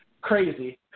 crazy